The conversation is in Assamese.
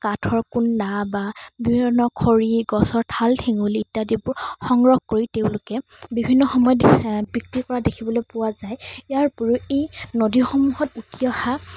কাঠৰ কুণ্ডা বা বিভিন্ন ধৰণৰ খৰি গছৰ ঠাল ঠেঙুলি ইত্যাদিবোৰ সংগ্ৰহ কৰি তেওঁলোকে বিভিন্ন সময়ত বিক্ৰী কৰা দেখিবলৈ পোৱা যায় ইয়াৰ উপৰিও এই নদীসমূহত উটি অহা